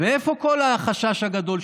ואיפה כל החשש הגדול,